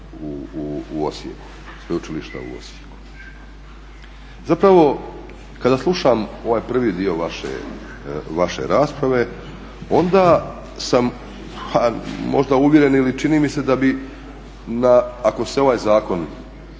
u Osijeku. Zapravo kada slušam ovaj prvi dio vaše rasprave onda sam možda uvjeren ili čini mi se da bi, ako se ovaj Zakon